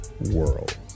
world